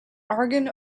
argon